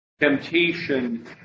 temptation